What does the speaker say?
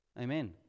Amen